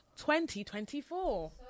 2024